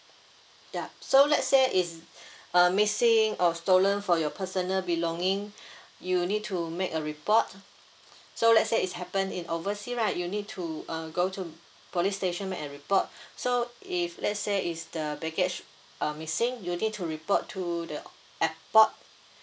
yup so let's say is uh missing or stolen for your personal belonging you need to make a report so let's say is happen in oversea right you need to uh go to police station make an report so if let's say is the baggage uh missing you need to report to the airport